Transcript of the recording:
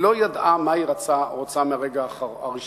היא לא ידעה מה היא רוצה מהרגע הראשון,